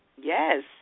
Yes